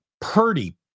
Purdy